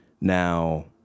now